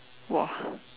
!wah!